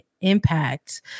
impact